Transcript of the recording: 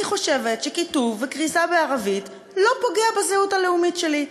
אני חושבת שכיתוב וכריזה בערבית לא פוגעים בזהות הלאומית שלי.